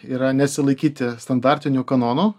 yra nesilaikyti standartinių kanonų